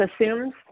assumes